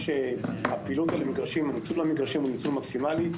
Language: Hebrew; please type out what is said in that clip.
ניצול המגרשים הוא מקסימלי.